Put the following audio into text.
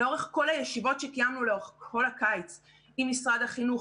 לאורך כל הישיבות שקיימנו לאורך כל הקיץ עם משרד החינוך